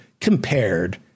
compared